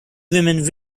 women